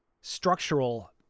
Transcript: structural